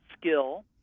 skill